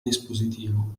dispositivo